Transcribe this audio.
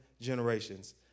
generations